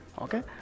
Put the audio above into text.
Okay